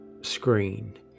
screen